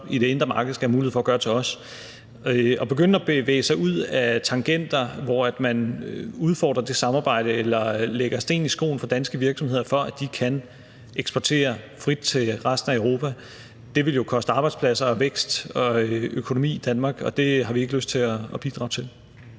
af det indre marked skal have mulighed for at gøre det til os. At begynde at bevæge sig ud ad tangenter, hvor man udfordrer det samarbejde eller lægger sten i skoen for danske virksomheder, når de skal eksportere frit til resten af Europa, vil jo koste arbejdspladser og vækst og økonomi i Danmark. Det har vi ikke lyst til at bidrage til.